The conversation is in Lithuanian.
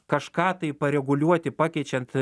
kažką tai pareguliuoti pakeičiant